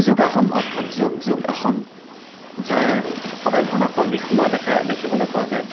যোগাসন অৰ্থাৎ যোগ যোগ আসন যাৰ সদায় ধনাত্মক দিশসমূহেই দেখা দেখিবলৈ পোৱা যায়